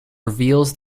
reveals